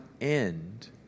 end